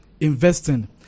investing